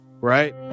right